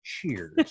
Cheers